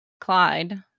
Clyde